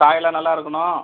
காய்யெல்லாம் நல்லாருக்கணும்